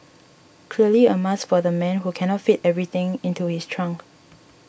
clearly a must for the man who cannot fit everything into his trunk